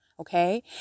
Okay